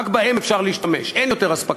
רק בהם אפשר להשתמש, אין יותר אספקה.